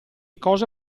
cosa